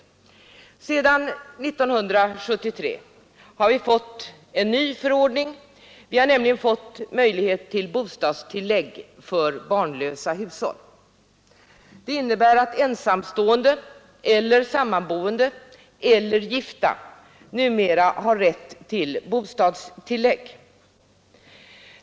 Sedan 1973 har vi t.ex. fått möjlighet till bostadstillägg för barnlösa hushåll. Det innebär att ensamstående eller samboende eller gifta numera har rätt till bostadstillägg.